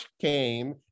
came